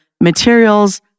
materials